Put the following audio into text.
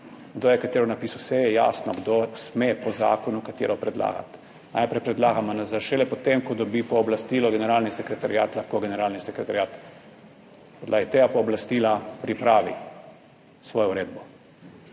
kdo je katero napisal. Saj je jasno, kdo sme po zakonu katero predlagati. Najprej predlaga MNZ, šele potem, ko dobi pooblastilo Generalni sekretariat, lahko Generalni sekretariat na podlagi tega pooblastila pripravi svojo uredbo.